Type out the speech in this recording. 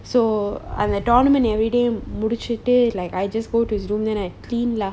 so அந்த:antha tournament everyday முடிச்சிட்டு:mudichittu like I just go to his room then I clean lah